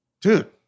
dude